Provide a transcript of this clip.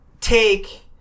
take